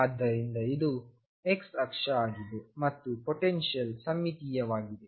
ಆದ್ದರಿಂದ ಇದು X ಅಕ್ಷ ಆಗಿದೆ ಮತ್ತು ಪೊಟೆನ್ಶಿಯಲ್ ಸಮ್ಮಿತೀಯವಾಗಿದೆ